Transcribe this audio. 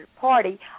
party